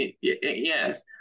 yes